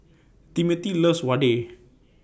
Timothy loves Vadai